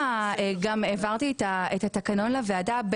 העברתי את התקנון לוועדה.